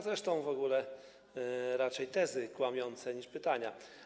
Zresztą w ogóle to raczej tezy kłamiące niż pytania.